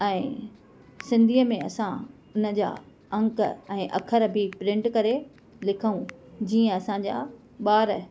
ऐं सिंधीअ में असां उनजा अंक ऐं अख़र बि प्रिंट करे लिखूं जीअं असांजा ॿार